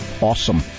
awesome